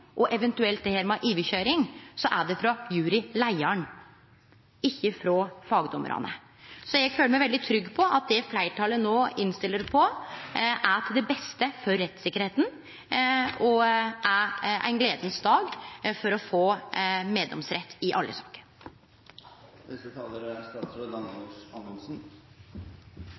er det frå juryleiaren, ikkje frå fagdommarane. Så eg føler meg veldig trygg på at det fleirtalet no innstiller på, er til det beste for rettssikkerheita, og det er gledeleg at me får meddomsrett i alle